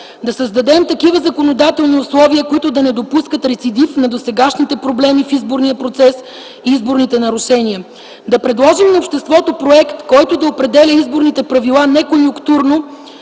да създадем такива законодателни условия, които да не допускат рецидив на досегашните проблеми в изборния процес и изборните нарушения, да предложим на обществото проект, който да определя изборните правила не конюнктурно